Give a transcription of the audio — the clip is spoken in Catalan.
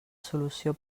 solució